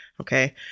okay